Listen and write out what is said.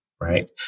right